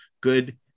good